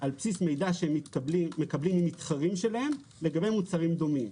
על בסיס מידע שמקבלים מתחרים שלהם לגבי מוצרים דומים.